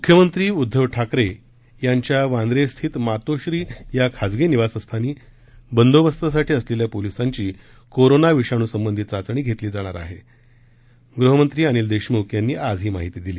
म्ख्यमंत्री उदधव ठाकरे यांच्या वांद्रे स्थित मातोश्रीया खाजगी निवासस्थानी बंदोबस्तासाठी असलेल्या पोलिसांची कोरोना विषाणूसंबंधी चाचणी घेतली जाणार असल्याची माहिती गृहमंत्री अनिल देशम्ख यांनी आज दिली